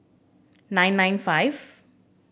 nine nine five